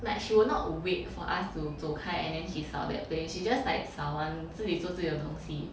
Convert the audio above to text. like she will not wait for us to 走开 and then she 扫 that place she just like 扫完自己做自己的东西